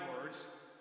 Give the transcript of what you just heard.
words